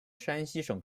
山西省